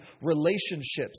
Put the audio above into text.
relationships